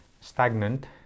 stagnant